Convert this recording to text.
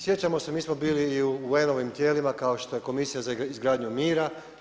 Sjećamo se mi smo bili i u UN-ovim tijelima kao što je Komisija za izgradnju mira.